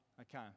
okay